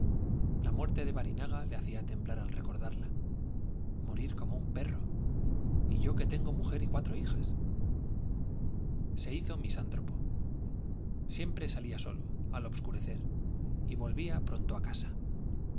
la muerte de barinaga le hacía temblar al recordarla morir como un perro y yo que tengo mujer y cuatro hijas se hizo misántropo siempre salía solo al obscurecer y volvía pronto a casa